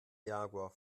jaguar